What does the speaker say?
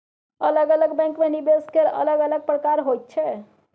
अलग अलग बैंकमे निवेश केर अलग अलग प्रकार होइत छै